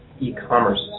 e-commerce